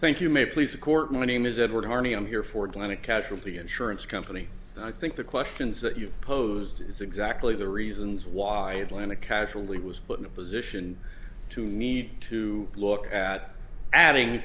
thank you may please the court my name is edward carney i'm here for going to casualty insurance company and i think the questions that you posed is exactly the reasons why plan a casually was put in a position to need to look at adding